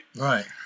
right